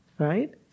Right